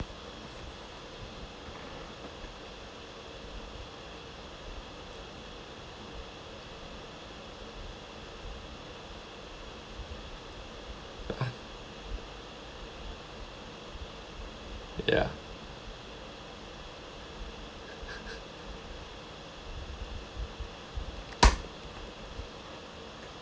ya